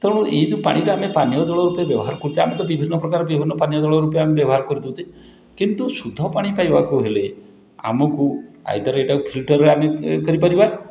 ତେଣୁ ଏଇ ଯେଉଁ ପାଣିଟା ଆମେ ପାନୀୟଜଳ ରୂପେ ବ୍ୟବହାର କରୁଛେ ଆମେ ତ ବିଭିନ୍ନପ୍ରକାର ବିଭିନ୍ନ ପାନୀୟଜଳ ରୂପେ ଆମେ ବ୍ୟବହାର କରିଦେଉଛେ କିନ୍ତୁ ଶୁଦ୍ଧପାଣି ପାଇବାକୁ ହେଲେ ଆମକୁ ଆଇଦର ଏଇଟାକୁ ଫିଲ୍ଟରରେ ଆମେ ଇଏ କରିପାରିବା